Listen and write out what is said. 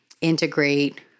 integrate